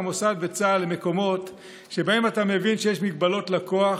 המוסד וצה"ל הם מקומות שבהם אתה מבין שיש מגבלות לכוח,